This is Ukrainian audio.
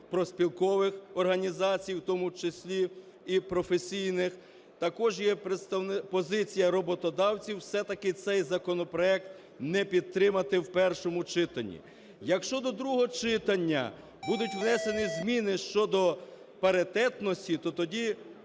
профспілкових організацій, в тому числі і професійних. Також є позиція роботодавців все-таки цей законопроект не підтримати в першому читанні. Якщо до другого читання будуть внесені зміни щодо паритетності, то тоді